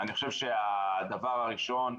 אני חושב שהדבר הראשון,